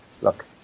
Look